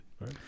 right